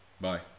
Bye